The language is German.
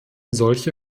solche